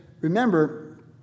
remember